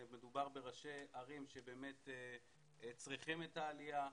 מדובר ראשי ערים שבאמת צריכים את העלייה,